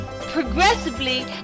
progressively